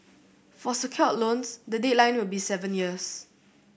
for secured loans the deadline will be seven years